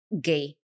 Gay